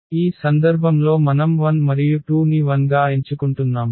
ఈ సందర్భంలో మనం 1 మరియు 2 ని 0 గా ఎంచుకుంటున్నాము